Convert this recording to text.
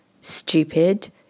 stupid